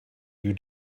you